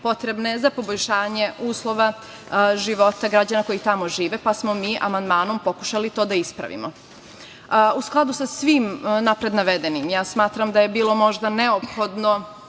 potrebne za poboljšanje uslova života građana koji tamo žive, pa smo mi amandmanom pokušali to da ispravimo.U skladu sa svim napred navedenim, ja smatram da je bilo možda neophodno